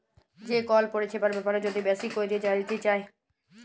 যে কল পরিছেবার ব্যাপারে যদি বেশি ক্যইরে জালতে চায়